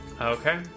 Okay